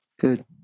Good